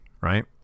right